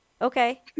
Okay